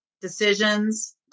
decisions